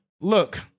Look